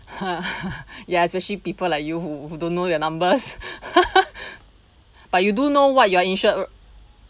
ya especially people like you who who don't know your numbers but you do know what you are insured